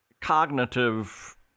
cognitive